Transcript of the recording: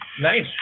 Nice